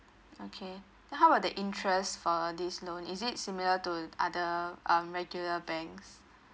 okay so how about the interest for this loan is it similar to other um regular banks